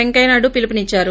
పెంకయ్య నాయుడు పిలుపునిచ్చారు